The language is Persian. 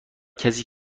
کسی